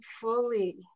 fully